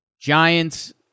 Giants